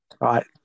right